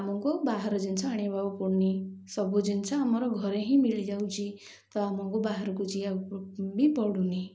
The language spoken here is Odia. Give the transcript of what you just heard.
ଆମକୁ ବାହାର ଜିନିଷ ଆଣିବାକୁ ପଡ଼ୁନି ସବୁ ଜିନିଷ ଆମର ଘରେ ହିଁ ମିଳିଯାଉଛି ତ ଆମକୁ ବାହାରକୁ ଯିବାକୁ ବି ପଡ଼ୁନି